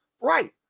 right